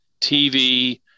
TV